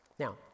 Now